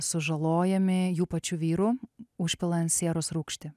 sužalojami jų pačių vyrų užpilant sieros rūgštį